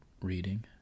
reading